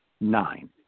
nine